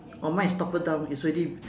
oh mine is toppled down it's already